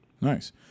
Nice